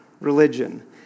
religion